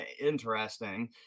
interesting